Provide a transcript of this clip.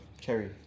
Cherry